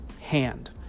hand